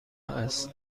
است